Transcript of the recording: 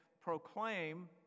proclaim